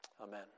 Amen